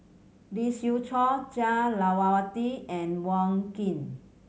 Lee Siew Choh Jah Lelawati and Wong Keen